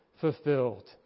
fulfilled